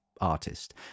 artist